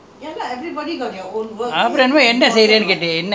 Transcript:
record all what you do and then send to overseas